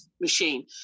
machine